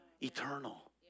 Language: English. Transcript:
eternal